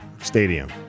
stadium